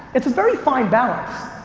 it's a very fine balance.